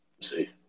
See